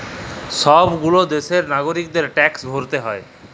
সব গুলা দ্যাশের লাগরিকদের ট্যাক্স ভরতে হ্যয়